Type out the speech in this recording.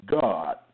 God